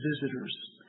visitors